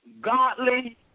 godly